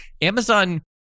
Amazon